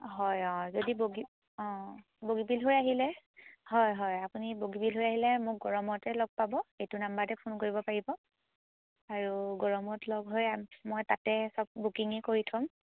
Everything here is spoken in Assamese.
হয় অঁ যদি বগী অঁ বগীবিল হৈ আহিলে হয় হয় আপুনি বগীবিল হৈ আহিলে মোক গৰমতে লগ পাব এইটো নাম্বাৰতে ফোন কৰিব পাৰিব আৰু গৰমত লগ হৈ মই তাতে চব বুকিঙেই কৰি থ'ম